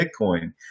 bitcoin